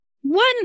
One